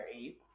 eight